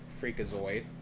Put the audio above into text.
Freakazoid